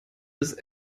ist